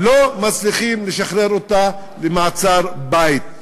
לא מצליחים לשחרר אותה למעצר בית,